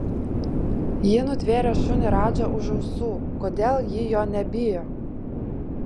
ji nutvėrė šunį radžą už ausų kodėl ji jo nebijo